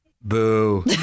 Boo